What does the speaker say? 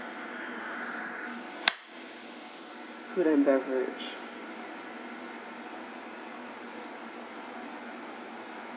food and beverage